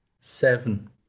Seven